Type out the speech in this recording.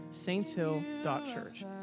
saintshill.church